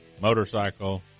motorcycle